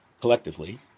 collectively